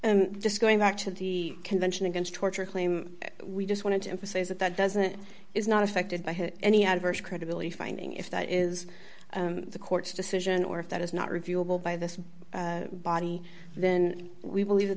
and just going back to the convention against torture claim we just wanted to emphasize that that doesn't is not affected by any adverse credibility finding if that is the court's decision or if that is not reviewable by this body then we believe that